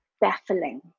baffling